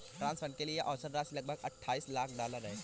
trust fund के लिए औसत राशि लगभग अट्ठाईस लाख डॉलर है